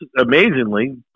amazingly